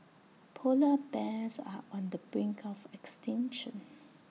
Polar Bears are on the brink of extinction